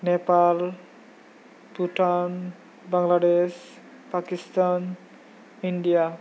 Nepal Bhutan Bangladesh Pakistan India